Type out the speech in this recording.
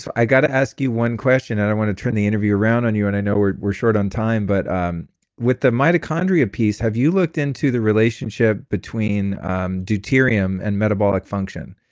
so i got to ask you one question, and i want to turn the interview around on you, and i know we're we're short on time, but um with the mitochondria piece, have you looked into the relationship between deuterium and metabolic function?